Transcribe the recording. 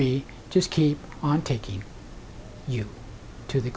be just keep on taking you to the